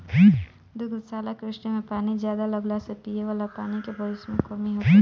दुग्धशाला कृषि में पानी ज्यादा लगला से पिये वाला पानी के भविष्य में कमी होखे लागि